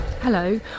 Hello